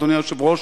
אדוני היושב-ראש,